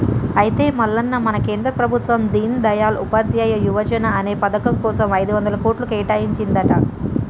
అయితే మల్లన్న మన కేంద్ర ప్రభుత్వం దీన్ దయాల్ ఉపాధ్యాయ యువజన అనే పథకం కోసం ఐదొందల కోట్లు కేటాయించిందంట